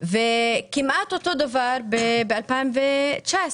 וכמעט אותו דבר ב-2019.